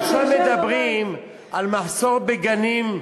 הרי עכשיו מדברים על מחסור בגנים,